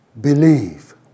believe